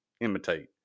imitate